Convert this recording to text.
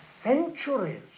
centuries